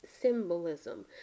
Symbolism